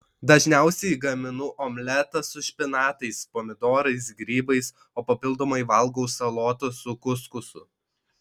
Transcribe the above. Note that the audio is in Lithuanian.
dažniausiai gaminu omletą su špinatais pomidorais grybais o papildomai valgau salotų su kuskusu